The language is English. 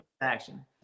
action